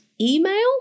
email